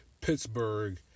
Pittsburgh